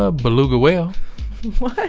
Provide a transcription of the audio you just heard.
ah beluga whale what? what?